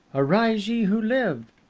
arise, ye who live!